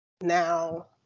Now